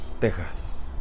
Texas